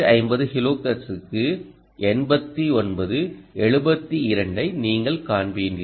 250 கிலோஹெர்ட்ஸுக்கு 89 72 ஐ நீங்கள் காண்பீர்கள்